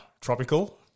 tropical